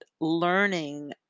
learning